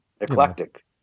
eclectic